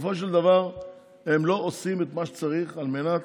בסופו של דבר הם לא עושים את מה שצריך על מנת